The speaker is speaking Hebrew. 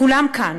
כולם כאן,